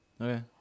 Okay